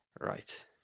right